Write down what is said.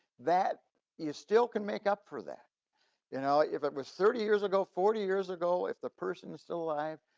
that you still can make up for that you know ah if it was thirty years ago, forty years ago, if the person is still alive,